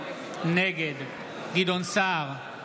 נגד גדעון סער,